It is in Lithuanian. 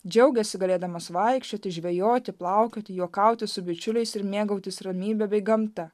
džiaugėsi galėdamas vaikščioti žvejoti plaukioti juokauti su bičiuliais ir mėgautis ramybe bei gamta